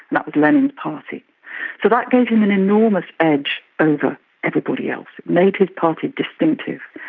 that was lenin's party. so that gave him an enormous edge over everybody else, made his party distinctive.